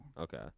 Okay